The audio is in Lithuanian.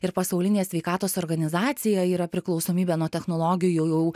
ir pasaulinės sveikatos organizacija yra priklausomybę nuo technologijų jau